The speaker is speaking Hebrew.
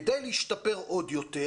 כדי להשתפר עוד יותר,